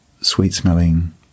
sweet-smelling